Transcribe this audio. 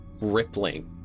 rippling